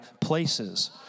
places